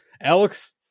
Alex